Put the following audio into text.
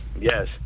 yes